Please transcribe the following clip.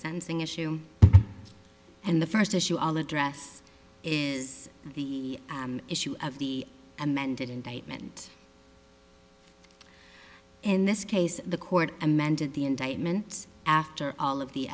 sentencing issue and the first issue all address is the issue of the amended indictment in this case the court amended the indictments after all of the